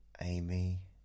Amy